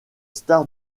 star